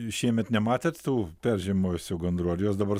šiemet nematėt tų peržiemojusių gandrų ar jos dabar